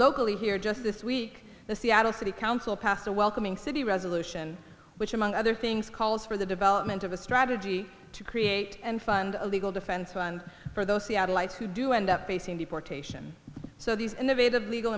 locally here just this week the seattle city council passed a welcoming city resolution which among other things calls for the development of a strategy to create and fund a legal defense fund for those seattle ites who do end up facing deportation so these innovative legal